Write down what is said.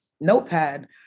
notepad